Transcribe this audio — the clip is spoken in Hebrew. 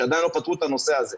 שעדיין לא פתרו את הנושא הזה.